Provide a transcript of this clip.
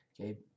Okay